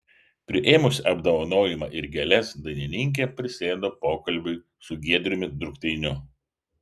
priėmusi apdovanojimą ir gėles dainininkė prisėdo pokalbiui su giedriumi drukteiniu